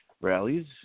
rallies